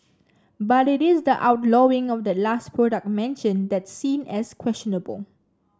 but it is the outlawing of that last product mentioned that's seen as questionable